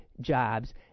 jobs